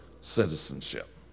citizenship